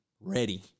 ready